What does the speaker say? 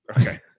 Okay